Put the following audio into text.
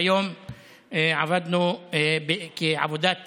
היום עבדנו בעבודת צוות,